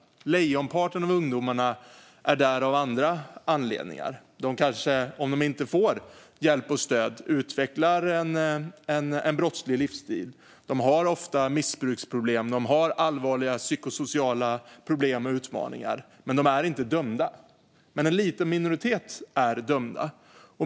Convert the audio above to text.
Lejonparten av ungdomarna är där av andra anledningar. Om de inte får hjälp och stöd kanske de utvecklar en brottslig livsstil. De har ofta missbruksproblem, allvarliga psykosociala problem och utmaningar, men de är inte dömda. En liten minoritet är dömda.